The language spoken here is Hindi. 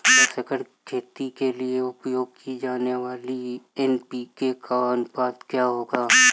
दस एकड़ खेती के लिए उपयोग की जाने वाली एन.पी.के का अनुपात क्या होगा?